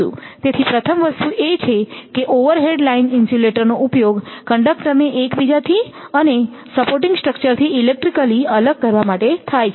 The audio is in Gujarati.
તેથી પ્રથમ વસ્તુ એ છે કે ઓવરહેડ લાઇન ઇન્સ્યુલેટરનો ઉપયોગ કંડક્ટરને એકબીજાથી અને સપોર્ટિંગ સ્ટ્રક્ચર્સથી ઇલેક્ટ્રિકલી અલગ કરવા માટે થાય છે